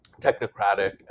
technocratic